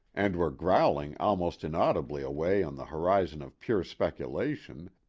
and were growling almost inaudibly away on the horizon of pure speculation,